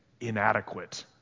inadequate